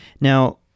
now